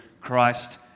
Christ